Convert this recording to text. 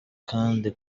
kandi